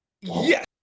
Yes